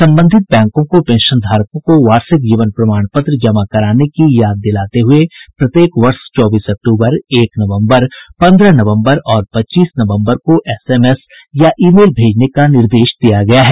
संबंधित बैंकों को पेंशनधारकों को वार्षिक जीवन प्रमाण पत्र जमा कराने की याद दिलाते हुए प्रत्येक वर्ष चौबीस अक्तूबर एक नवम्बर पन्द्रह नवम्बर और पच्चीस नवम्बर को एसएमएस या ईमेल भेजने का निर्देश दिया गया है